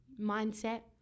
mindset